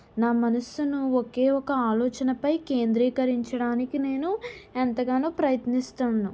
నా మనస్సును ఒకే ఒక ఆలోచనపై కేంద్రీకరించడానికి నేను ఎంతగానో ప్రయత్నిస్తాను